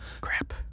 Crap